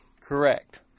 Correct